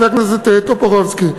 חבר הכנסת טופורובסקי.